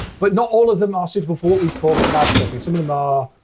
but not all of them are suitable for what we'd call a lab setting. some of them are,